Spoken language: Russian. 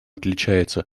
отличается